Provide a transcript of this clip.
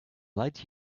light